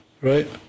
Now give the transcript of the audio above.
right